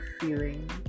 feeling